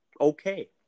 okay